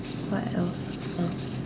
what else else